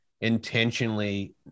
intentionally